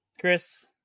Chris